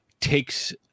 takes